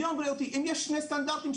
אם יש שני סטנדרטים,